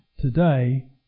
Today